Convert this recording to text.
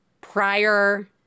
prior